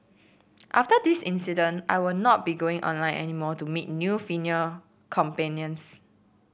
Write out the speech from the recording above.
after this incident I will not be going online any more to meet new female companions